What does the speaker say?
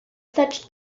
such